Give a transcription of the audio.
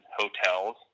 hotels